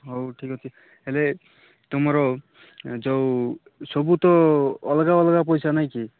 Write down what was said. ହଉ ଠିକ୍ ଅଛି ହେଲେ ତୁମର ଯେଉଁ ସବୁ ତ ଅଲଗା ଅଲଗା ପଇସା ନାଇଁ କି